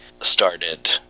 started